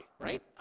right